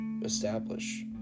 establish